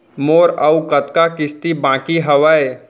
मोर अऊ कतका किसती बाकी हवय?